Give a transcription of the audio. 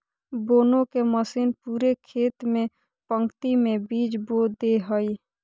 बोने के मशीन पूरे खेत में पंक्ति में बीज बो दे हइ